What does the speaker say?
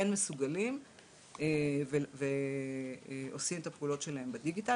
מסוגלים ועושים את הפעולות שלהם בדיגיטל.